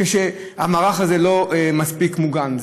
כשהמערך הזה לא מספיק מוגן.